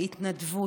בהתנדבות,